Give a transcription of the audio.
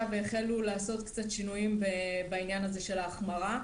והחלו לעשות קצת שינויים בעניין הזה של ההחמרה.